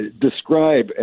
describe